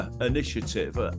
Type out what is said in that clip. initiative